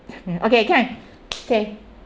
okay can okay